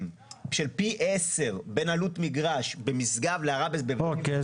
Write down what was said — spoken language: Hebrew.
של פי 10 בין עלות מגרש במשגב לעראבה --- אוקיי.